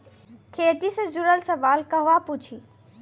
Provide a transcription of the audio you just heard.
खेती से जुड़ल सवाल कहवा पूछी?